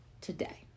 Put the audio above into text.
today